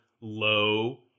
low